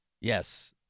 Yes